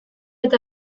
eta